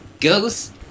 ghost